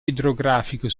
idrografico